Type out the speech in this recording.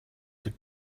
the